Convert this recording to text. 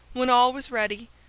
when all was ready,